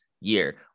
year